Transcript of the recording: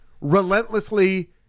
relentlessly